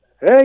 Hey